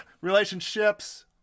relationships